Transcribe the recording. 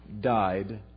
died